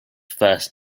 first